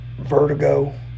vertigo